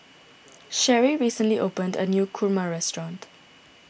Sheri recently opened a new Kurma restaurant